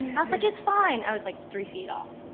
i was like, it's fine. i was like three feet off.